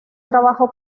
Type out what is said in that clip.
trabajo